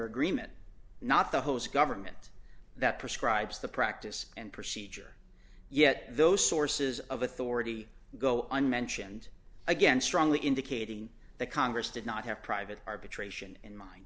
agreement not the host government that prescribes the practice and procedure yet those sources of authority go unmentioned again strongly indicating that congress did not have private arbitration in mind